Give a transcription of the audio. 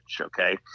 Okay